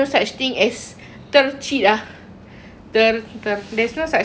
ter ter there's no such thing as that one for for what I know lah